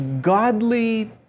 godly